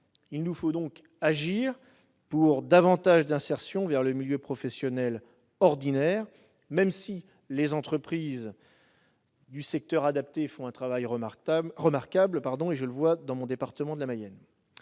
Il nous faut donc agir pour favoriser l'insertion dans le milieu professionnel ordinaire, même si les entreprises du secteur adapté font un travail remarquable, comme je peux le constater dans mon département de la Mayenne.